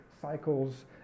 cycles